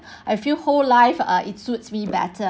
I feel whole life ah it suits me better